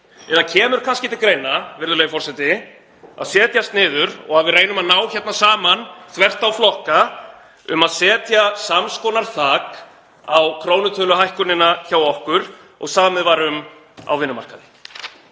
Eða kemur kannski til greina, virðulegi forseti, að setjast niður og að við reynum að ná saman þvert á flokka um að setja sams konar þak á krónutöluhækkunina hjá okkur og samið var um á vinnumarkaði?